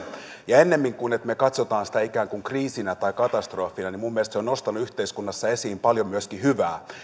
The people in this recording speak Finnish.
ennemmin kuin että me katsomme sitä ikään kuin kriisinä tai katastrofina niin minun mielestäni se on nostanut yhteiskunnassa esiin paljon myöskin hyvää